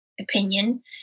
opinion